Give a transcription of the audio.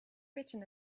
written